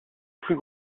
plus